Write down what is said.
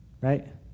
right